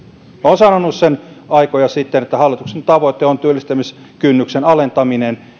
olen sanonut sen aikoja sitten että hallituksen tavoite on työllistämiskynnyksen alentaminen